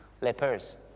Lepers